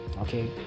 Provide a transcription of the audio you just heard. Okay